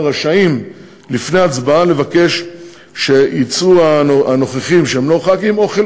רשאים לפני ההצבעה לבקש שיצאו הנוכחים שהם לא חברי הכנסת,